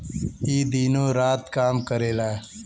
ई दिनो रात काम करेला